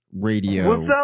Radio